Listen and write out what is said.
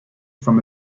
from